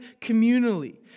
communally